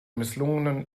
misslungenen